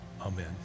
Amen